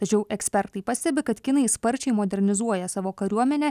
tačiau ekspertai pastebi kad kinai sparčiai modernizuoja savo kariuomenę